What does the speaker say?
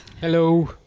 Hello